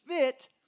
fit